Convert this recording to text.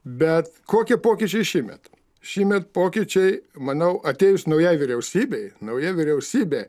bet kokie pokyčiai šįmet šįmet pokyčiai manau atėjus naujai vyriausybei nauja vyriausybė